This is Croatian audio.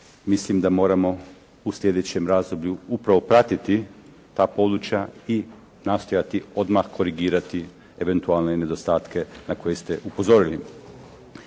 mislim da moramo u sljedećem razdoblju upravo pratiti ta područja i nastojati odmah korigirati eventualne nedostatke na koje ste upozorili.